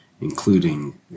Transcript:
including